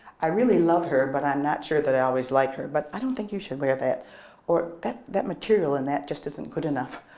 i really love her but i'm not sure i always like her. but i don't think you should wear that or that that material in that just isn't good enough.